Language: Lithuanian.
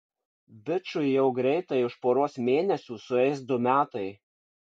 bičui jau greitai už poros mėnesių sueis du metai